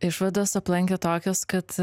išvados aplankė tokios kad